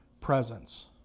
presence